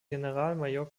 generalmajor